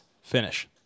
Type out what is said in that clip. finish